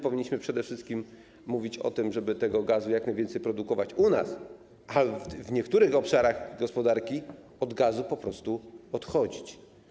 Powinniśmy przede wszystkim mówić o tym, żeby tego gazu jak najwięcej produkować u nas, a w przypadku niektórych obszarów gospodarki od tego gazu po prostu odchodzić.